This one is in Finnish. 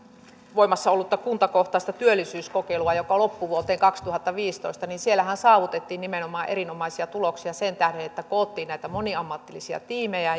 voimassa ollutta kuntakohtaista työllisyyskokeilua joka loppui vuoteen kaksituhattaviisitoista niin siellähän saavutettiin erinomaisia tuloksia nimenomaan sen tähden että koottiin näitä moniammatillisia tiimejä